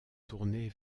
tournés